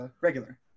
regular